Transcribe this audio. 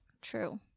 true